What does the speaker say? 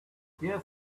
yes